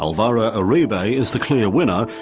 alvaro uribe is the clear winner,